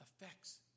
affects